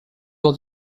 was